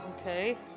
Okay